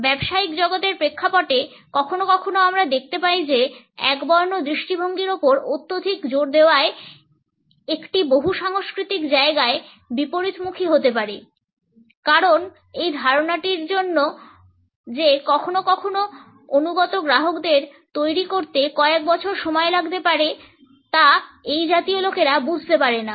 ব্যবসায়িক জগতের প্রেক্ষাপটে কখনও কখনও আমরা দেখতে পাই যে একবর্ণ দৃষ্টিভঙ্গির উপর অত্যধিক জোর দেওয়ায় একটি বহুসাংস্কৃতিক জায়গায় বিপরীতমুখী হতে পারে কারণ এই ধারণাটি জন্য যে কখনও কখনও অনুগত গ্রাহকদের তৈরি করতে কয়েক বছর সময় লাগতে পারে তা এই জাতীয় লোকেরা বুঝতে পারে না